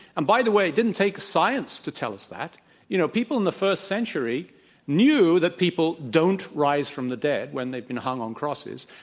and, by the way, it didn't take science to tell us that you know, people in the first century knew that people don't rise from the dead when they've been hung on crosses,